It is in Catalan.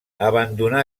abandonà